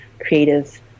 creative